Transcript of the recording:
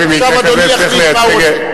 עכשיו אדוני יחליט מה הוא רוצה.